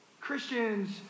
Christians